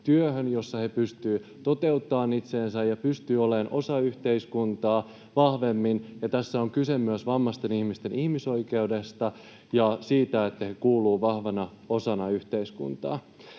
jossa he pystyvät toteuttamaan itseänsä ja pystyvät olemaan osa yhteiskuntaa vahvemmin. Tässä on kyse myös vammaisten ihmisten ihmisoikeudesta ja siitä, että he kuuluvat vahvana osana yhteiskuntaan.